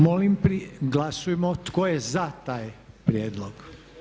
Molim glasujmo tko je za taj prijedlog?